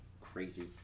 Crazy